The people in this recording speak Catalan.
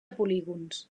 polígons